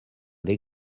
les